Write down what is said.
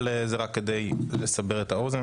אבל זה רק כדי לסבר את האוזן.